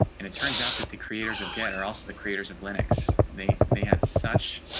and it turns out that the creators of get are also the creators of linux they they had such